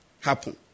happen